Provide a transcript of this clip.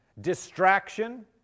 distraction